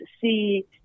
see